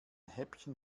häppchen